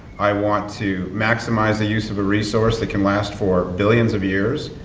i want to maximize the use of a resource that can last for billions of years.